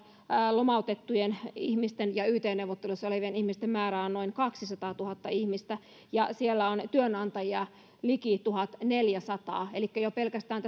lomautettujen ihmisten ja yt neuvotteluissa olevien ihmisten määrä on noin kaksisataatuhatta ihmistä ja siellä on työnantajia liki tuhatneljäsataa elikkä jo pelkästään